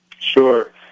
Sure